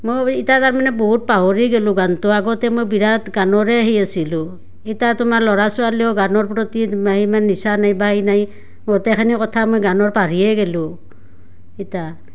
মই ইতিয়া তাৰমানে বহুত পাহৰি গেলোঁ গানটো আগতে মই বিৰাট গানৰে সেই আছিলোঁ ইতা তোমাৰ ল'ৰা ছোৱালীয়েও গানৰ প্ৰতি ইমান নিচা নাই বা সেই নাই গোটেইখিনি কথা মই গানৰ পাহৰিয়ে গ'লোঁ ইতা